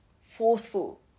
forceful